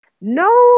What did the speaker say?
No